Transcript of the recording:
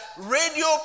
radio